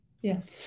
Yes